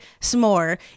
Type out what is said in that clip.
s'more